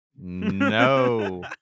No